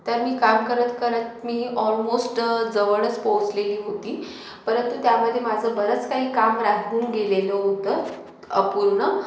तर मी काम करतकरत मी ऑलमोस्ट जवळच पोचलेली होती परंतु त्यामध्ये माझं बरंच काही काम राहून गेलेलं होतं अपूर्ण